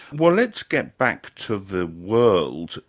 well let's get back to the world.